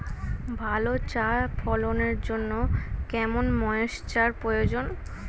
ভালো চা ফলনের জন্য কেরম ময়স্চার প্রয়োজন?